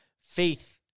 faith